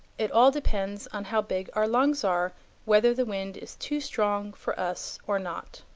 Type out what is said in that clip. it all depends on how big our lungs are whether the wind is too strong for us or not.